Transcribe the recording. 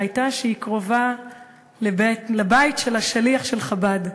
הייתה שהיא קרובה לבית של שליח חב"ד.